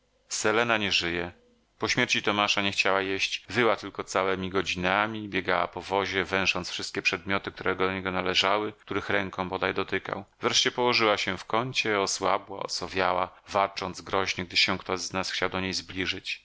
selena nie żyje po śmierci tomasza nie chciała jeść wyła tylko całemi godzinami i biegała po wozie węsząc wszystkie przedmioty które do niego należały których ręką bodaj dotykał wreszcie położyła się w kącie osłabła i osowiała warcząc groźnie gdy się kto z nas chciał do niej zbliżyć